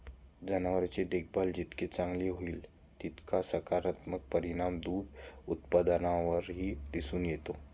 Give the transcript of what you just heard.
जनावरांची देखभाल जितकी चांगली होईल, तितका सकारात्मक परिणाम दूध उत्पादनावरही दिसून येतो